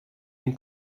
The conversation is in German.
den